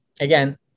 again